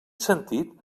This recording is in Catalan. sentit